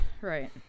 right